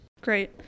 Great